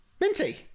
Minty